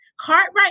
Cartwright